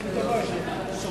סליחה.